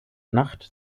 nacht